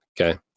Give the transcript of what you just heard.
Okay